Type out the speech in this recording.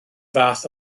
fath